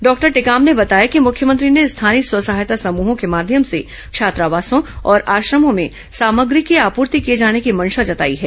doctor Tekam ने बताया कि मुख्यमंत्री ने स्थानीय स्व सहायता समूहों के माध्यम से छात्रावासों और आश्रमों में सामग्री की आपूर्ति किए जाने की मंशा जताई है